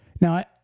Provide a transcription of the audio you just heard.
Now